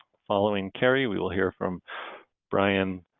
following carrie, we will hear from bryan